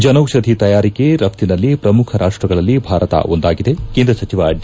ಜನೌಷಧಿ ತಯಾರಿಕೆ ರಫ್ಟಿನಲ್ಲಿ ಪ್ರಮುಖ ರಾಷ್ಷಗಳಲ್ಲಿ ಭಾರತ ಒಂದಾಗಿದೆ ಕೇಂದ್ರ ಸಚಿವ ಡಿ